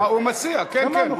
הוא מציע, כן, כן.